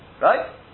Right